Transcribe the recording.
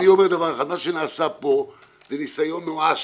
אני אומר דבר אחד, זה ניסיון נואש